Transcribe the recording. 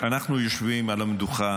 אנחנו יושבים על המדוכה